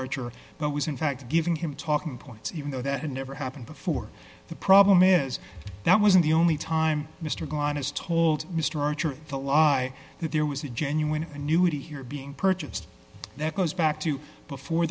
archer but was in fact giving him talking points even though that never happened before the problem is that wasn't the only time mr gone is told mr archer the law i that there was a genuine annuity here being purchased that goes back to before